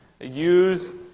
Use